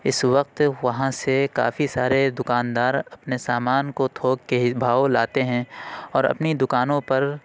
اس وقت وہاں سے کافی سارے دکان دار اپنے سامان کو تھوک کے ہی بھاؤ لاتے ہیں اور اپنی دکانوں پر